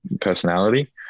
personality